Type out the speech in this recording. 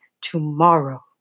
tomorrow